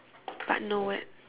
but no word